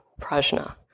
prajna